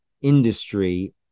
industry